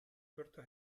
tuerto